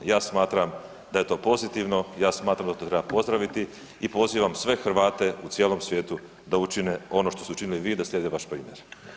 Ja smatram da je to pozitivno, ja smatram da to treba pozdraviti i pozivam sve Hrvate u cijelom svijetu da učine ono što ste učinili vi i da slijede vaš primjer.